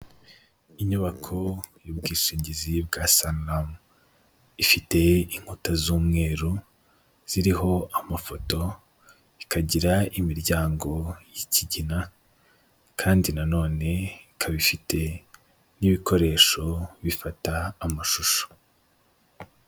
Inyubako y'ubwishingizi bwa sanamu ifite inkuta z'umweru ziriho amafoto, ikagira imiryango y'ikigina, kandi na none ikaba ifite n'ibikoresho bifata amashusho.